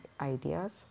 ideas